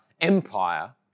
empire